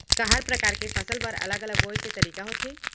का हर प्रकार के फसल बर अलग अलग बोये के तरीका होथे?